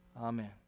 Amen